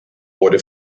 wurde